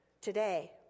Today